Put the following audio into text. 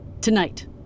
Tonight